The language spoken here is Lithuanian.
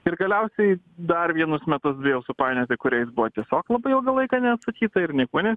ir galiausiai dar vienus metus bijau supainioti kuriais buvo tiesiog labai ilgą laiką neatsakyta ir niekuo ne